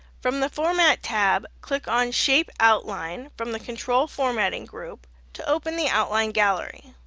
from the format tab click on shape outline from the control formatting group to open the outline gallery.